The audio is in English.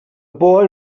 boy